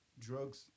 Drugs